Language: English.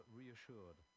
reassured